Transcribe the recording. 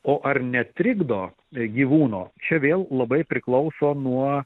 o ar netrikdo gyvūno čia vėl labai priklauso nuo